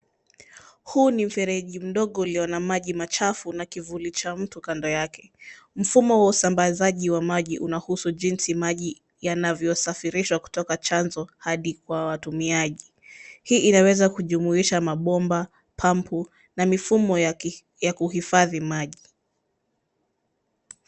Huu ni mfereji mdogo ulio na maji machafu na kivuli cha mtu kando yake. Mfumo wa usambazaji wa maji unahusu jinsi maji yanavyosafirishwa kutoka chanzo hadi kwa watumiaji. Hii inaweza kujumuisha mabomba, pampu na mifumo ya kuhifadhi maji.